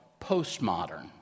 postmodern